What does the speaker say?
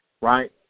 right